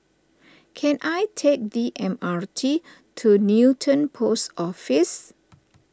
can I take the M R T to Newton Post Office